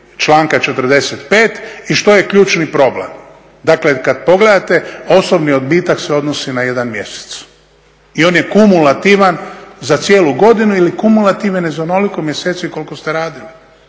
članka 45. i što je ključni problem. Dakle, kad pogledate osobni odbitak se odnosi na jedan mjesec i on je kumulativan za cijelu godinu ili kumulativan je za onoliko mjeseci koliko ste radili